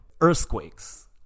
earthquakes